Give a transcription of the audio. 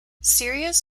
sirius